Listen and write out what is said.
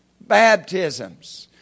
Baptisms